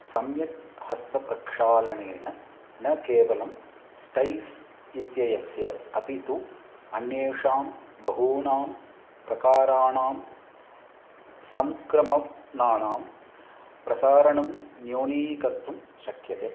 सम्यक् हस्तप्रक्षालनेन न केवलं स्टैस् इत्येयस्य अपि तु अन्येषां बहूनां प्रकाराणां संक्रमणानां प्रसारणं न्यूनीकर्तुं शक्यते